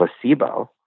placebo